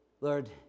Lord